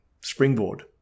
springboard